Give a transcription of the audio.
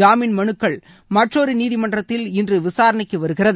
ஜாமின் மனுக்கள் மற்றொரு நீதிமன்றத்தில் இன்று விசாரணைக்கு வருகிறது